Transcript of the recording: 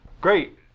Great